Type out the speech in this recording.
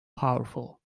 powerful